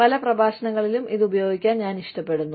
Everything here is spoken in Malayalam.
പല പ്രഭാഷണങ്ങളിലും ഇത് ഉപയോഗിക്കാൻ ഞാൻ ഇഷ്ടപ്പെടുന്നു